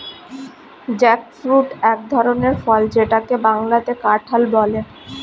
jackfruit এক ধরনের ফল যেটাকে বাংলাতে কাঁঠাল বলে